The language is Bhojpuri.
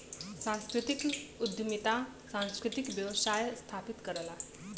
सांस्कृतिक उद्यमिता सांस्कृतिक व्यवसाय स्थापित करला